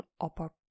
upper